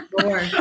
More